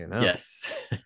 Yes